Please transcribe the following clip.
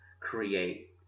create